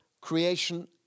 creation